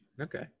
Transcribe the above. Okay